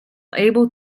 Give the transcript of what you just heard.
able